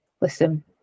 listen